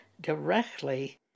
directly